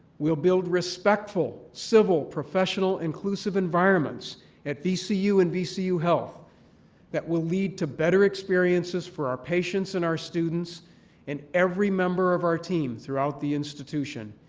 we'll build respectful, civil, professional, inclusive environments at vcu and vcu health that will lead to better experiences for our patients and our students and every member of our team throughout the institution.